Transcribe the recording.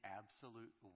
absolute